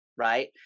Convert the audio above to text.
right